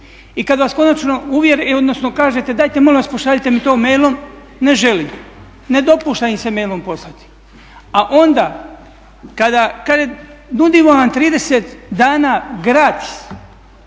i kada vas konačno uvjere odnosno kažete dajte molim vas pošaljite mi to mailom, ne žele, ne dopušta im se mailom poslati. A onda nudimo vam 30 dana gratis,